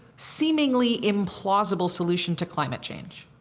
seemingly implausible solution to climate change.